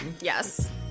Yes